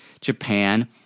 Japan